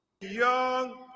young